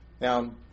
Now